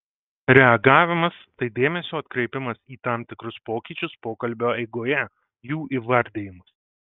reagavimas tai dėmesio atkreipimas į tam tikrus pokyčius pokalbio eigoje jų įvardijimas